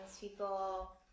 people